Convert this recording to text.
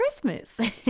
Christmas